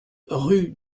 rue